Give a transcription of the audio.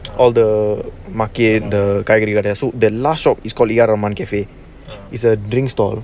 all the market the காய்கறிகடை:kaaikari kadai so the last shop is the ar rahman cafe is a drink stall